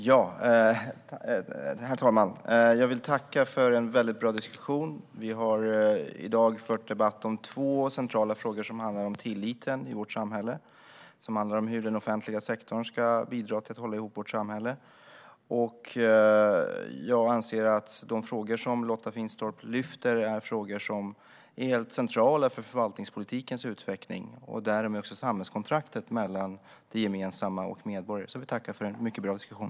Herr talman! Jag vill tacka för en väldigt bra diskussion. Vi har i dag fört debatt om två centrala frågor som handlar om tilliten i vårt samhälle och hur den offentliga sektorn ska bidra till att hålla ihop detta samhälle. Jag anser att de frågor som Lotta Finstorp lyfter upp är helt centrala för förvaltningspolitikens utveckling och därmed också för samhällskontraktet mellan det gemensamma och medborgarna. Jag vill tacka för en mycket bra diskussion.